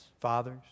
fathers